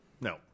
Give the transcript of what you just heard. No